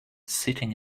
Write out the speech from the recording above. sitting